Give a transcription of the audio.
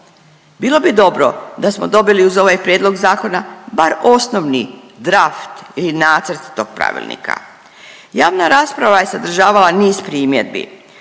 Bilo bi dobro da smo dobili uz ovaj Prijedlog zakona bar osnovni draft ili nacrt tog pravilnika. Javna rasprava je sadržala niz primjedbi,